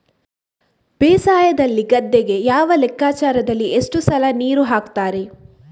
ಬೇಸಾಯದಲ್ಲಿ ಗದ್ದೆಗೆ ಯಾವ ಲೆಕ್ಕಾಚಾರದಲ್ಲಿ ಎಷ್ಟು ಸಲ ನೀರು ಹಾಕ್ತರೆ?